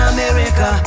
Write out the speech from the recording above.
America